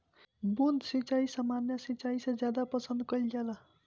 बूंद सिंचाई सामान्य सिंचाई से ज्यादा पसंद कईल जाला